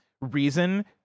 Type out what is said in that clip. reason